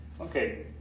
Okay